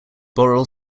borel